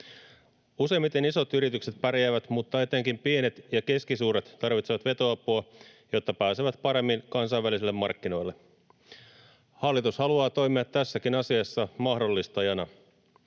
Useimmiten isot yritykset pärjäävät, mutta etenkin pienet ja keskisuuret tarvitsevat vetoapua, jotta pääsevät paremmin kansainvälisille markkinoille. Hallitus haluaa toimia tässäkin asiassa mahdollistajana.